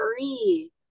three